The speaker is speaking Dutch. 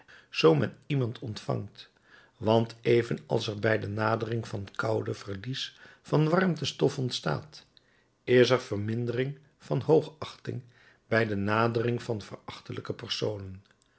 men iemand ontvangt want even als er bij de nadering van koude verlies van warmtestof ontstaat is er vermindering van hoogachting bij de nadering van verachtelijke personen